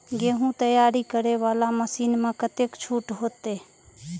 गेहूं तैयारी करे वाला मशीन में कतेक छूट होते?